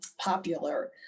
popular